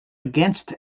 against